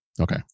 Okay